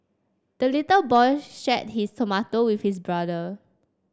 the little boy shared his tomato with his brother